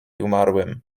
umarłym